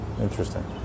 Interesting